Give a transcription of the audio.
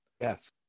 Yes